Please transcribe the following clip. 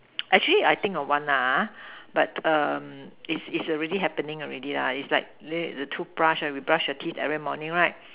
actually I think of one lah but is is already happening already lah is like the toothbrush we brush our teeth every morning right